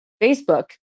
Facebook